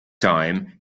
time